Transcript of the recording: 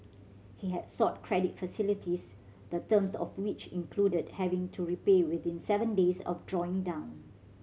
he had sought credit facilities the terms of which included having to repay within seven days of drawing down